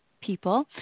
people